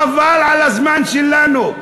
חבל על הזמן שלנו.